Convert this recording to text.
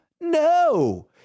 No